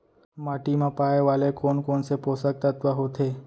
माटी मा पाए वाले कोन कोन से पोसक तत्व होथे?